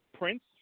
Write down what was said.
Prince